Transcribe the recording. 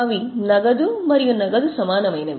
అవి నగదు మరియు నగదు సమానమైనవి